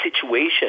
situation